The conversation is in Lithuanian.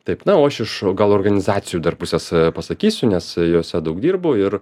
taip na o aš iš gal organizacijų dar pusės pasakysiu nes jose daug dirbu ir